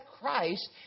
Christ